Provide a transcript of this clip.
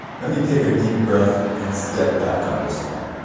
let me take a deep breath and step back on this one.